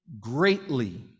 greatly